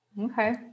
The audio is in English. Okay